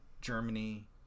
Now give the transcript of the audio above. Germany